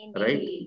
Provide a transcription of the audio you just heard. Right